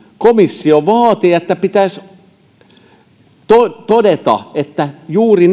komissio vaatii että pitäisi todeta että juuri